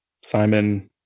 Simon